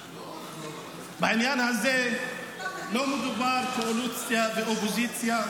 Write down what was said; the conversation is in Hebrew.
בעניין הזה לא מדובר על קואליציה ואופוזיציה,